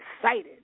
excited